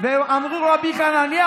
אמרו: "רבי חנניה",